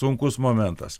sunkus momentas